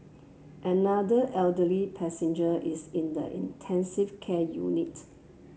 another elderly passenger is in the intensive care unit